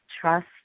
trust